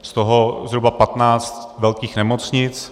Z toho zhruba 15 velkých nemocnic.